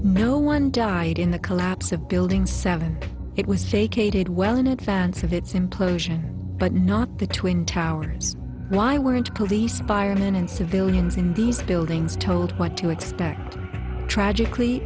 one died in the collapse of building seven it was j k did well in advance of its implosion but not the twin towers why weren't police firemen and civilians in these buildings told what to expect tragically